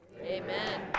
Amen